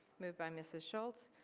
moved by mrs. schultz.